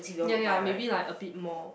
ya ya maybe like a bit more